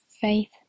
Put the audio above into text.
Faith